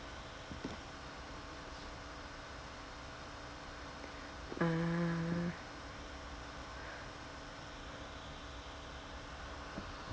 mm